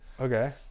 Okay